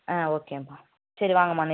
ஆ ஓகேம்மா சரி வாங்கம்மா